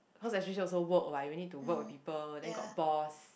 cause especially also work what you need to work with people then got boss